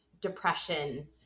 depression